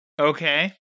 Okay